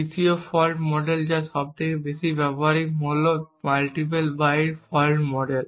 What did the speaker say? তৃতীয় fault model যা সব থেকে বেশি ব্যবহারিক হল মাল্টিপল বাইট ফল্ট মডেল